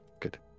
Good